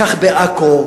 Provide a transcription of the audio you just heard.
כך בעכו,